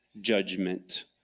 judgment